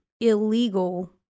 illegal